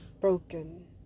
broken